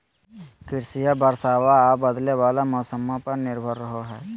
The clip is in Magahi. कृषिया बरसाबा आ बदले वाला मौसम्मा पर निर्भर रहो हई